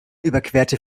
überquerte